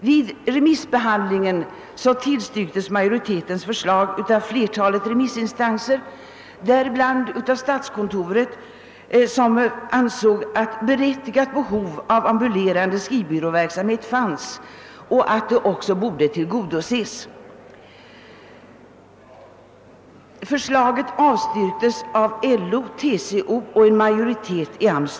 Vid remissbehandlingen tillstyrktes majoritetens förslag av flertalet remissinstanser, däribland statskontoret som ansåg att berättigade behov av ambulerande skrivbyråverksamhet fanns och att de också borde tillgodoses. Förslaget avstyrktes av LO, TCO och en majoritet i AMS.